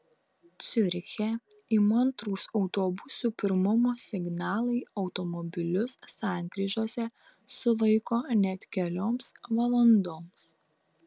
ciuriche įmantrūs autobusų pirmumo signalai automobilius sankryžose sulaiko net kelioms valandoms